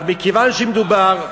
אבל מכיוון שמדובר,